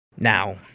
Now